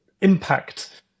impact